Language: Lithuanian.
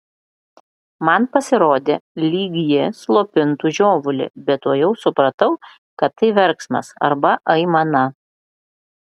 man pasirodė lyg ji slopintų žiovulį bet tuojau supratau kad tai verksmas arba aimana